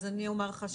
אני אומר לך,